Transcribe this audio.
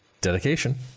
Dedication